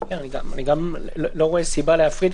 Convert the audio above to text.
אני גם לא רואה סיבה להפריד,